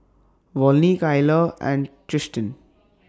Volney Kyler and Tristin